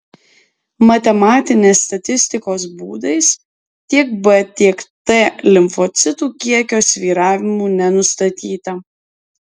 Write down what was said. matematinės statistikos būdais tiek b tiek t limfocitų kiekio svyravimų nenustatyta